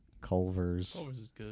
Culver's